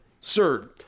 Sir